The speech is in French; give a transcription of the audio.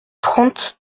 trente